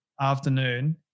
afternoon